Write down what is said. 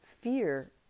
fear